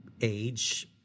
age